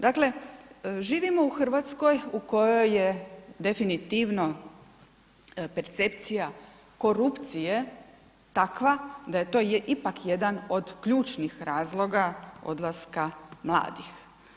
Dakle živimo u Hrvatskoj u kojoj je definitivno percepcija korupcije takva da to je je ipak jedan od ključnih razloga odlaska mladih.